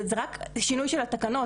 זה רק שינוי של התקנות.